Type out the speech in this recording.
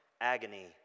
agony